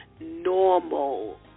normal